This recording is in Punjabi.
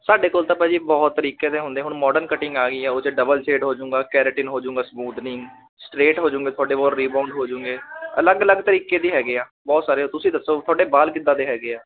ਸਾਡੇ ਕੋਲ ਤਾਂ ਭਾਅ ਜੀ ਬਹੁਤ ਤਰੀਕੇ ਦੇ ਹੁੰਦੇ ਹੁਣ ਮੋਡਨ ਕਟਿੰਗ ਆ ਗਈ ਆ ਉਹ 'ਚ ਡਬਲ ਸ਼ੇਡ ਹੋ ਜੂੰਗਾ ਕੈਰਟਨ ਹੋ ਜੂੰਗਾ ਸਮੂਥਨਿੰਗ ਸਟਰੇਟ ਹੋ ਜੂੰਗੇ ਤੁਹਾਡੇ ਬਹੁਤ ਰੀਬੋਡ ਹੋ ਜੂੰਗੇ ਅਲੱਗ ਅਲੱਗ ਤਰੀਕੇ ਦੀ ਹੈਗੇ ਆ ਬਹੁਤ ਸਾਰੇ ਤੁਸੀਂ ਦੱਸੋ ਤੁਹਾਡੇ ਵਾਲ ਕਿੱਦਾਂ ਦੇ ਹੈਗੇ ਆ